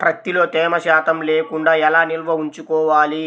ప్రత్తిలో తేమ శాతం లేకుండా ఎలా నిల్వ ఉంచుకోవాలి?